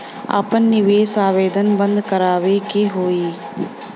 आपन निवेश आवेदन बन्द करावे के हौ?